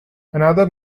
another